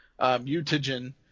mutagen